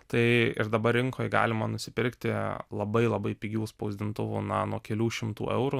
tai ir dabar rinkoj galima nusipirkti labai labai pigių spausdintuvų na nuo kelių šimtų eurų